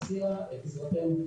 נציע את עזרתנו,